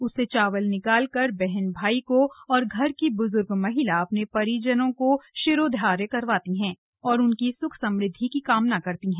उससे चावल निकालकर बहन भाई को और घर की ब्जूर्ग महिला अपने परिजनों को शिरोधार्य करवाती हैं और उनकी सूख समृद्धि की कामना करती हैं